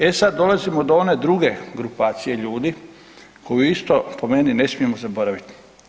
E sad, dolazimo do one druge grupacije ljudi koju isto po meni ne smijemo zaboraviti.